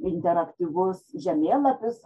interaktyvus žemėlapis